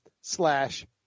slash